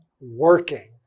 working